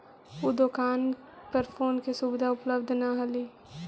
उ दोकान पर फोन पे के सुविधा उपलब्ध न हलई